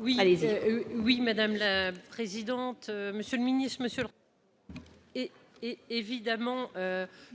oui madame la présidente, monsieur le ministre, monsieur, et, et, évidemment,